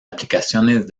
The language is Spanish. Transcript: aplicaciones